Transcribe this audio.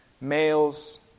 males